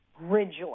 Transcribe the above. rejoice